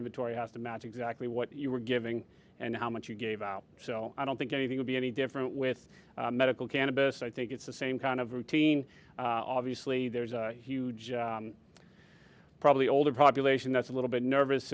inventory has to match exactly what you were giving and how much you gave out so i don't think anything would be any different with medical cannabis i think it's the same kind of routine obviously there's a huge probably older population that's a little bit nervous